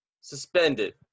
suspended